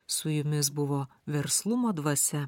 su jumis buvo verslumo dvasia